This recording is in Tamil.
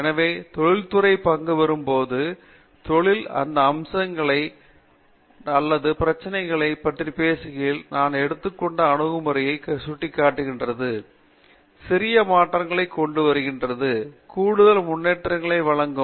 எனவே தொழிற்துறை பங்குபெறும் போது பொதுவாக அந்த அம்சங்கள் அல்லது பிரச்சனைகளைப் பற்றி பேசுகையில் நான் எடுத்துக் கொண்ட அணுகுமுறைகளைச் சுட்டிக் காட்டுவது சிறிய மாற்றங்களைக் கொண்டுவருகிறது கூடுதல் முன்னேற்றங்களை வழங்கும்